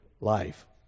life